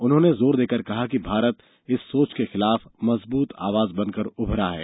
उन्होंने जोर देकर कहा कि भारत इस सोच के खिलाफ मजबूत आवाज बन कर उभरा है